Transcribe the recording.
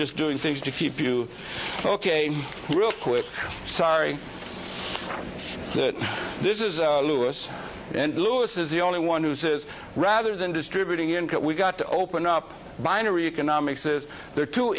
just doing things to keep you ok real quick sorry this is lewis and lewis is the only one who says rather than distributing we've got to open up binary economics is there to